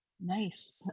nice